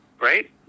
right